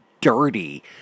dirty